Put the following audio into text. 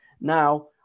now